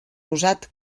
usat